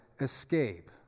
escape